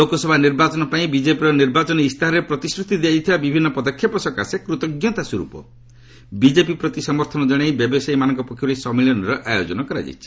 ଲୋକସଭା ନିର୍ବାଚନ ପାଇଁ ବିଜେପିର ନିର୍ବାଚନୀ ଇସ୍ତାହାରରେ ପ୍ରତିଶ୍ରତି ଦିଆଯାଇଥିବା ବିଭିନ୍ନ ପଦକ୍ଷେପ ପାଇଁ କୃତଞ୍ଜତା ସ୍ୱର୍ପ ବିକେପି ପ୍ରତି ସମର୍ଥନ ଜଣାଇ ବ୍ୟବସାୟୀମାନଙ୍କ ପକ୍ଷରୁ ଏହି ସମ୍ମିଳନୀର ଆୟୋଜନ କରାଯାଇଛି